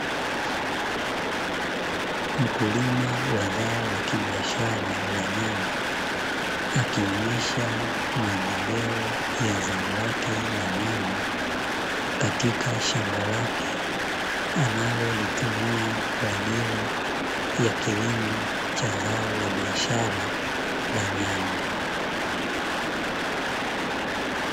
Wakulima wa zao la kibiashara la nyanya akionyesha mazao ya nyanya katika shamba lake hilo la nyanya